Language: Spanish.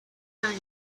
años